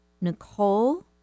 Nicole